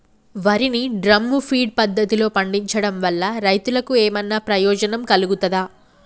వరి ని drum feed పద్ధతిలో పండించడం వల్ల రైతులకు ఏమన్నా ప్రయోజనం కలుగుతదా?